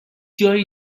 جایی